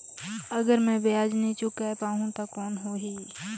अगर मै ब्याज नी चुकाय पाहुं ता कौन हो ही?